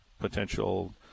potential